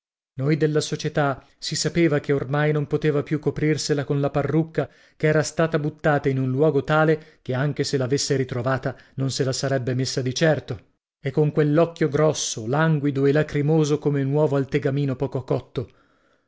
noi della società si sapeva che ormai non poteva più coprirsela con la parrucca ch'era stata buttata in un luogo tale che anche se l'avesse ritrovata non se la sarebbe rimessa di certo e con quell'occhio grosso languido e lacrimoso come un uovo al tegamino poco cotto